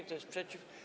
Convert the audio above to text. Kto jest przeciw?